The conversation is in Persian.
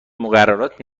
مقررات